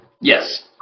yes